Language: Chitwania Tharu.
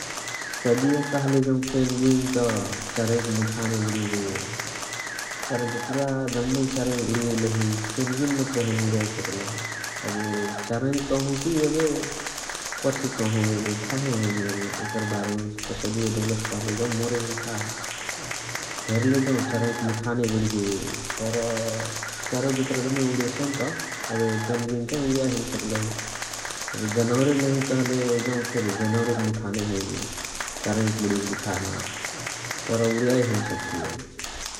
सदिया कहले जौत पेनगुइन त चरैक मुठाने बणिहे । तर जतुरा जम्मे चरै उणिएइलही पेनगुइन मने हैने उणियाए सकलही । एबे चरै कहु कि एबे कथी कहु एबे थाहे हैने । एबे एकर बारेमा सदियो कहाँले जौत हैने थाह । हेरले जौ चेरैक मुठाने बणिहे तर चरै जतुरा जम्मे उणिएसइनत एबे पेनगुइन उणियाए हैने सकलही । एबे जनावेर नहिया कहले फेरी जनावरअक मुठाने हैने चरैक बणिय मुठान तर उणियाए हैने सकसिय ।